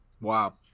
Wow